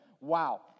Wow